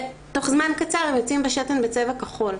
ותוך זמן קצר הם יוצאים בשתן בצבע כחול.